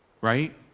right